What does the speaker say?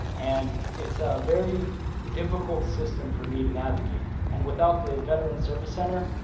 and it's a very difficult system for me to navigate. and without the veteran service center,